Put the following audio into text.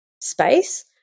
space